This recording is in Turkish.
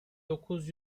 dokuz